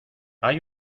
hay